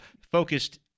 focused